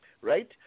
right